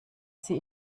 sie